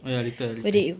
oh ya later ah later